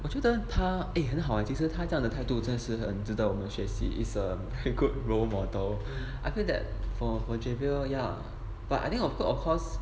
我觉得他 eh 很好 eh 他这样的态度真是很值得我们学习 is a good role model I feel that for for javier yeah but I think of the of course